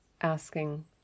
asking